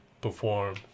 perform